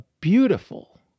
beautiful